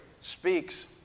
speaks